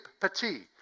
Petit